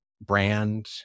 brand